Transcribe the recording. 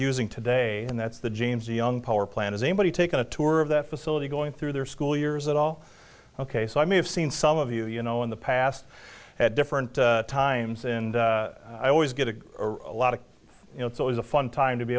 using today and that's the james young power plant is anybody taking a tour of that facility going through their school years at all ok so i may have seen some of you you know in the past at different times and i always get a are a lot of you know it's always a fun time to be